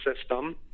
system